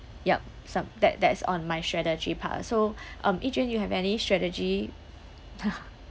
yup some that that's on my strategy part ah so um eugene you have any strategy